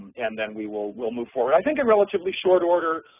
and then we will will move forward. i think in relatively short order,